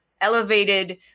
elevated